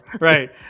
right